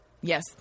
Yes